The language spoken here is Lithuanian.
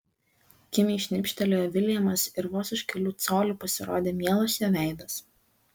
kimiai šnibžtelėjo viljamas ir vos už kelių colių pasirodė mielas jo veidas